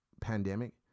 pandemic